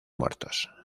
muertos